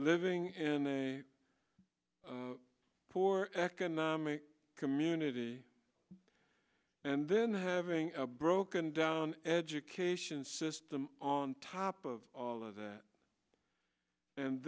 living in a poor economic community and then having a broken down education system on top of all of that and